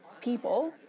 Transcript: people